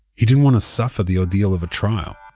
he didn't want to suffer the ordeal of a trial.